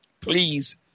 please